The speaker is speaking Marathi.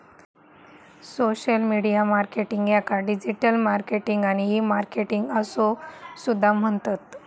सोशल मीडिया मार्केटिंग याका डिजिटल मार्केटिंग आणि ई मार्केटिंग असो सुद्धा म्हणतत